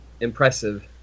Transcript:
impressive